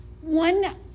One